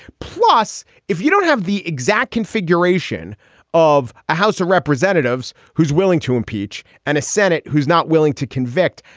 plus, if you don't have the exact configuration of a house of representatives who's willing to impeach and a senate who's not willing to convict.